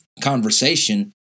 conversation